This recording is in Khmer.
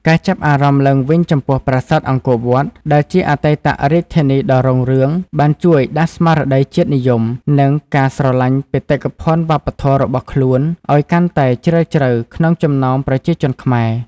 ការចាប់អារម្មណ៍ឡើងវិញចំពោះប្រាសាទអង្គរវត្ត ដែលជាអតីតរាជធានីដ៏រុងរឿង បានជួយដាស់ស្មារតីជាតិនិយម និងការស្រលាញ់បេតិកភណ្ឌវប្បធម៌របស់ខ្លួនឱ្យកាន់តែជ្រាលជ្រៅក្នុងចំណោមប្រជាជនខ្មែរ។